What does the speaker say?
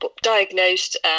diagnosed